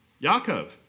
Yaakov